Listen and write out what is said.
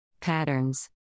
Patterns